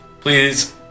Please